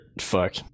fuck